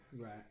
Right